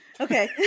Okay